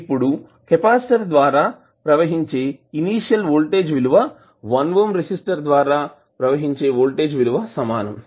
ఇప్పుడు కెపాసిటర్ ద్వారా ప్రవహించే ఇనీషియల్ వోల్టేజ్ విలువ 1 ఓం రెసిస్టర్ ద్వారా ప్రవహించే వోల్టేజ్ విలువ సమానం